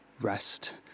rest